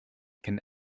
can